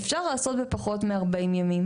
אפשר לעשות בפחות מ-40 ימים.